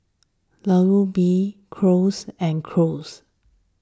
Alu Gobi Gyros and Gyros